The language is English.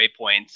waypoints